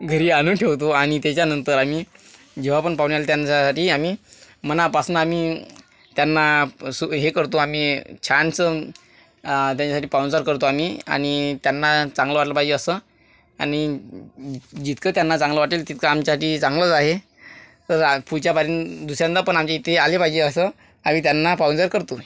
घरी आणून ठेवतो आणि त्याच्यानंतर आम्ही जेव्हा पण पाहुणे आले त्यांच्यासाठी आम्ही मनापासून आम्ही त्यांना असं हे करतो आम्ही छानसं त्यांच्यासाठी पाहुणचार करतो आम्ही आणि त्यांना चांगलं वाटलं पाहिजे असं आणि जितकं त्यांना चांगलं वाटेल तितकं आमच्यासाठी चांगलंच आहे तर पुढच्या बारीनं दुसऱ्यांदा पण आमच्या इथे आले पाहिजे असं आम्ही त्यांना पाहुणचार करतो